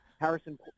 Harrison